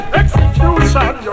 execution